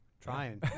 Trying